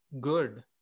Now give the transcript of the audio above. good